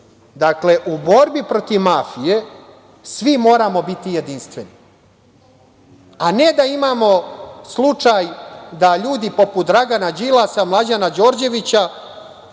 državi. Dakle, u borbi protiv mafije svi moramo biti jedinstveni, a ne da imamo slučaj da ljudi poput Dragana Đilasa, Mlađana Đorđevića,